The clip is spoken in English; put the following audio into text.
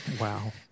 Wow